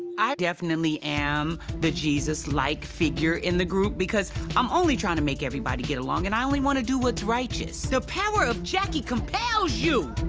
i definitely am the jesus-like figure in the group because i'm only trying to make everybody get along, and i only wanna do what's righteous. the power of jackie compels you.